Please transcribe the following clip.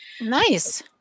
Nice